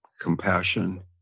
compassion